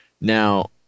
Now